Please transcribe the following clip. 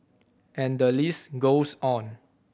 and the list goes on